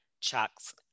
Chuck's